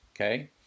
okay